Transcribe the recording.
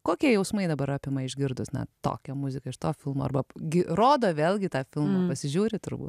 kokie jausmai dabar apima išgirdus na tokią muziką iš to filmo arba gi rodo vėlgi tą filmą pasižiūri turbūt